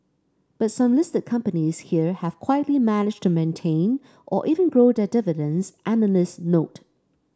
but some listed companies here have quietly managed to maintain or even grow their dividends analysts note